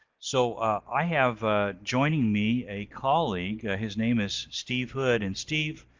so i have joining me, a colleague, his name is steve hood, and steve